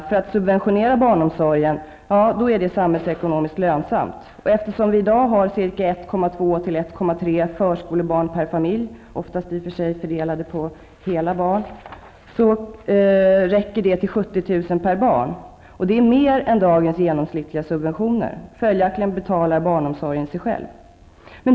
för att subventionera barnomsorgen är alltså samhällsekonomiskt lönsamt. Eftersom det i dag är 1,2--1,3 förskolebarn per familj -- i och för sig oftast fördelade på hela barn -- räcker pengarna till 70 000 kr. per barn. Det är mer än dagens genomsnittliga subventioner. Följaktligen betalar barnomsorgen sig själv.